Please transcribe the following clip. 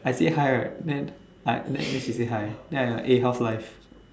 I say hi right then I then she say hi then I like eh how's life